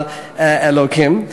על אלוקים,